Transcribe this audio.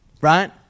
right